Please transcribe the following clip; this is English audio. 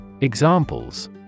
Examples